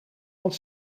van